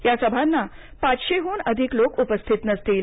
या सभांना पाचशेहून अधिक लोक उपस्थित नसतील